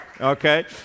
okay